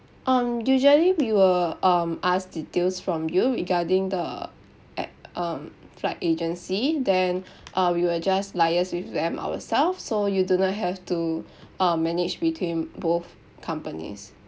um usually we will um ask details from you regarding the a~ um flight agency then uh we will just liaise with them ourselves so you do not have to uh manage between both companies